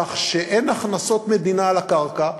כך שאין הכנסות מדינה על הקרקע.